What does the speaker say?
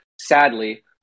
sadly